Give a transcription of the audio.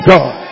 God